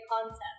concept